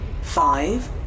five